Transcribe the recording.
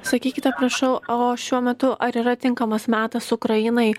sakykite prašau o šiuo metu ar yra tinkamas metas ukrainai